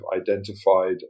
identified